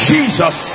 Jesus